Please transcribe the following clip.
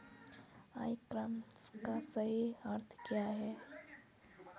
ई commerce का सही अर्थ क्या है?